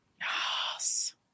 Yes